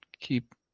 keep